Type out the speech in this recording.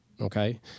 okay